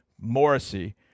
Morrissey